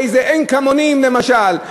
באיזה עין-כמונים למשל,